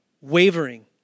wavering